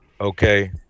Okay